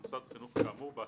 עמותת אקי"ם.